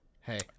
hey